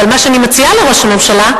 אבל מה שאני מציעה לראש הממשלה,